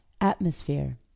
atmosphere